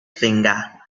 finger